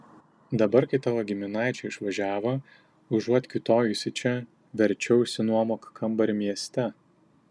dabar kai tavo giminaičiai išvažiavo užuot kiūtojusi čia verčiau išsinuomok kambarį mieste